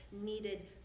needed